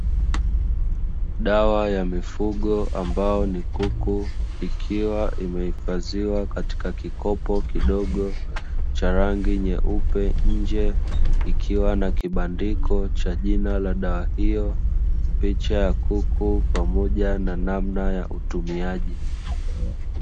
Dawa ya mifugo ambao ni kuku ikiwa imehifadhiwa katika kikopo kidogo cha rangi nyeupe nje ikiwa na kibandiko cha jina la dawa hiyo picha ya kuku pamoja na namna ya utumiaji.